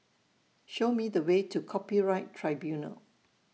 Show Me The Way to Copyright Tribunal